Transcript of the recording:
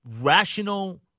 Rational